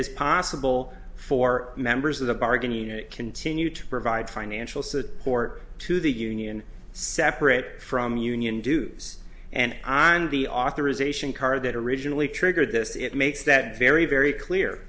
is possible for members of the bargain unit continue to provide financial support to the union separate from union dues and on the authorization card that originally triggered this it makes that very very clear